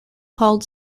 called